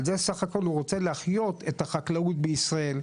על זה שבסך הכול הוא רוצה להחיות את החקלאות בישראל?